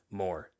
more